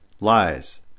lies